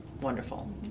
wonderful